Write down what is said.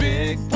Big